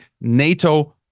NATO